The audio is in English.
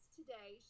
today